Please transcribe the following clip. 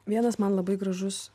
vienas man labai gražus